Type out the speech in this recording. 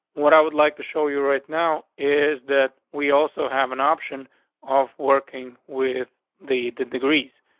what i would like to show you right now is that we also have an option off working with the the degrees.